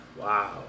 Wow